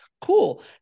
cool